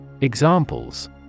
Examples